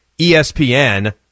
ESPN